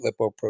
lipoprotein